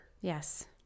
Yes